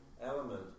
element